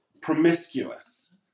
Promiscuous